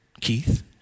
Keith